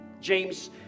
james